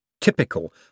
Typical